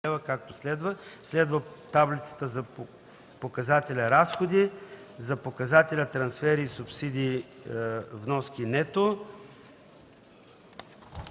Следва таблица за показателя „Разходи”, за показателя „Трансфери (субсидии), вноски (нето)”